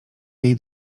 jej